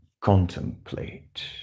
contemplate